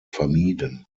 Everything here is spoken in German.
vermieden